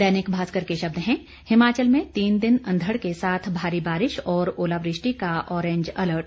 दैनिक भास्कर के शब्द हैं हिमाचल में तीन दिन अंधड़ के साथ भारी बारिश और ओलावृष्टि का ऑरेंज अलर्ट